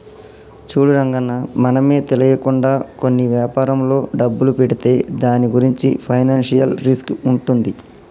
చూడు రంగన్న మనమే తెలియకుండా కొన్ని వ్యాపారంలో డబ్బులు పెడితే దాని గురించి ఫైనాన్షియల్ రిస్క్ ఉంటుంది